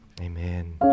Amen